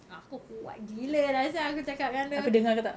aku kuat gila lah sia aku cakap dengan dia